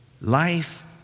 Life